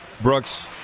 Brooks